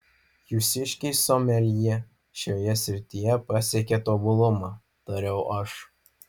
jūsiškiai someljė šioje srityje pasiekė tobulumą tariau aš